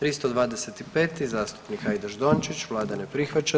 325. zastupnik Hajdaš Dončić, vlada ne prihvaća.